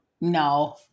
no